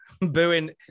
booing